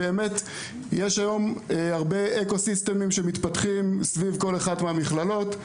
באמת יש היום הרבה אקוסיסטם שמתפתחים סביב כל אחד מהמכללות,